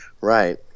Right